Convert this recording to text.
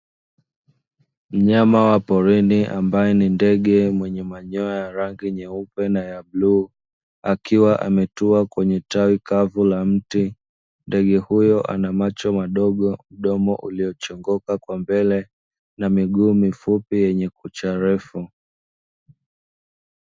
Mnyama wa porini ambaye ni ndege mwenye manyoya ya rangi nyeupe na ya bluu, akiwa ametua kwenye tawi kavu la mti. Ndege huyo ana macho madogo, mdomo uliochongoka kwa mbele, na miguu mifupi yenye kucha refu.